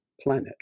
planet